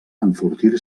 enfortir